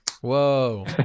Whoa